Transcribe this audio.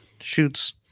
shoots